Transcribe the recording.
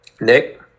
Nick